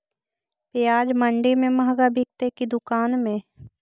प्याज मंडि में मँहगा बिकते कि दुकान में?